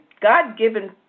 God-given